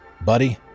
buddy